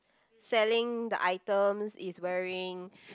selling the items is wearing